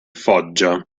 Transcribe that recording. foggia